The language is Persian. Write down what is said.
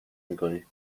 میکنید